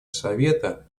совета